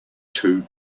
two